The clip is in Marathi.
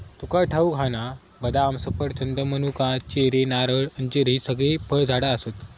तुका ठाऊक हा ना, बदाम, सफरचंद, मनुका, चेरी, नारळ, अंजीर हि सगळी फळझाडा आसत